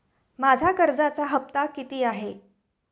माझा कर्जाचा हफ्ता किती आहे?